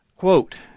Quote